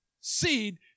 seed